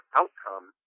outcome